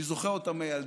אני זוכר אותה מילדות.